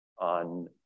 on